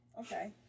Okay